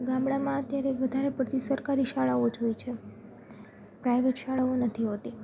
ગામડાંમાં અત્યારે વધારે પડતી સરકારી શાળાઓ જ હોય છે પ્રાઈવેટ શાળાઓ નથી હોતી